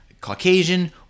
Caucasian